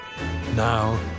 Now